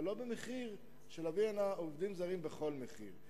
אבל לא במחיר של הבאת עובדים זרים בכל מחיר.